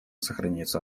сохраняется